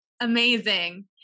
Amazing